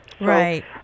Right